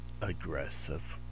Aggressive